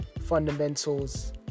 fundamentals